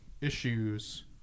issues